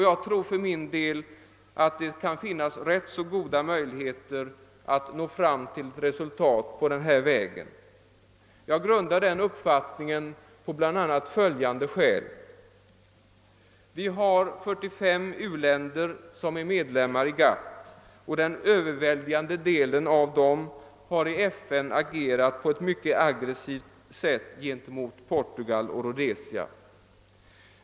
Jag tror att det kan finnas rätt goda möjligheter att nå fram till ett resultat på den här vägen. Jag grundar den uppfattningen på bl.a. följande skäl. Vi har 45 u-länder som är medlemmar i GATT, och den överväldigande delen av dem har i FN agerat på ett mycket aggressivt sätt gentemot Portugal och Rhodesia.